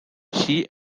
she